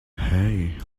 hey